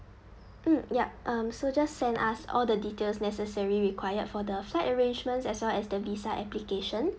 mm yup um so just send us all the details necessary required for the flight arrangements as well as the visa application